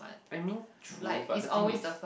I mean true but the thing is